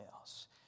else